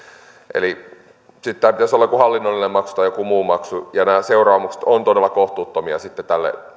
eli sitten tämän pitäisi olla joku hallinnollinen maksu tai joku muu maksu ja nämä seuraamukset ovat todella kohtuuttomia tälle